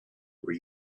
were